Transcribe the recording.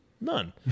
None